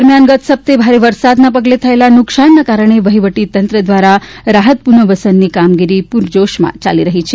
દરમ્યાન ગત સપ્તાહે ભારે વરસાદના પગલે થયેલા નુકસાનના કારણે વહીવટતંત્ર દ્વારા રાહત પુનઃવસનની કામગીરી પુર જોશમાં ચાલી રહી છે